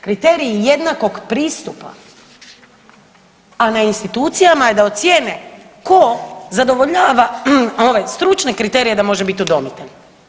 Kriteriji jednakog pristupa, a na institucijama je da ocijene tko zadovoljava ove stručne kriterije da može biti udomitelj.